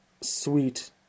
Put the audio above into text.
sweet